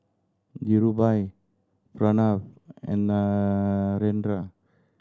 Dhirubhai Pranav and Narendra